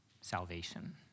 salvation